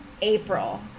April